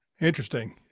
Interesting